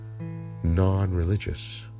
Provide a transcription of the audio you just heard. non-religious